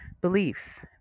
beliefs